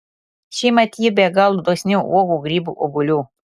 šiemet ji be galo dosni uogų grybų obuolių